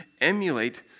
emulate